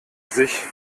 sich